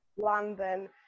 London